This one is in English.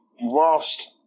whilst